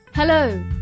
Hello